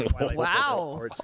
wow